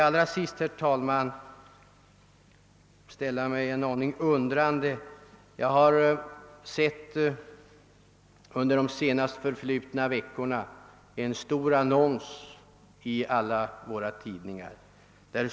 Allra sist, herr talman, vill jag uttala min förundran över en stor annons, som jag under de senaste veckorna sett i tidningarna.